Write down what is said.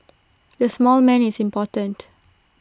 the small man is important